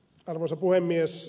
arvoisa puhemies